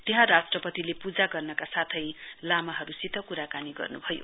त्याहाँ राष्ट्रपतिले पूजा गर्नका साथै लामाहरूसित सम्बोधन गर्नुयो